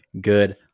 good